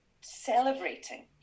celebrating